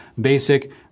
basic